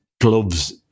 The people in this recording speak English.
gloves